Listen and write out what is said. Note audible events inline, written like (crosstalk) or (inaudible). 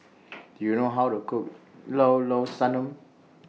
(noise) Do YOU know How to Cook Llao Llao (noise) Sanum